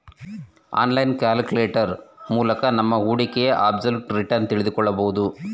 online calculator ಮೂಲಕ ನಮ್ಮ ಹೂಡಿಕೆಯ ಅಬ್ಸಲ್ಯೂಟ್ ರಿಟರ್ನ್ ತಿಳಿದುಕೊಳ್ಳಬಹುದು